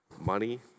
money